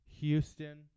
Houston